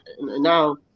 now